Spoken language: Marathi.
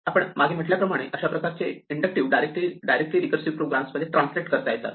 आपण मागे म्हटल्याप्रमाणे अशा प्रकारचे इंडक्टिव्ह डायरेक्टली रीकर्सिव प्रोग्रॅम मध्ये ट्रांसलेट करता येतात